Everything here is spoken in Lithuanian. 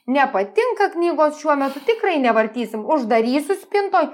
nepatinka knygos šiuo metu tikrai nevartysim uždarysiu spintoj